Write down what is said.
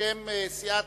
בשם סיעת,